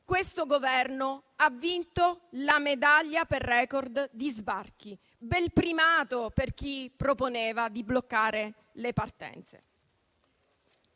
Questo Governo ha vinto la medaglia per *record* di sbarchi. Bel primato per chi proponeva di bloccare le partenze.